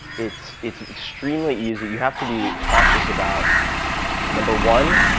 it's it's extremely easy you have to be cautious about number one,